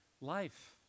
life